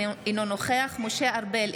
אינו נוכח משה ארבל,